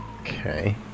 Okay